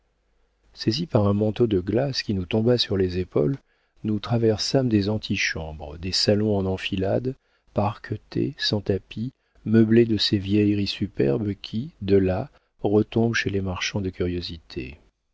saisis par un manteau de glace qui nous tomba sur les épaules nous traversâmes des antichambres des salons en enfilade parquetés sans tapis meublés de ces vieilleries superbes qui de là retombent chez les marchands de curiosités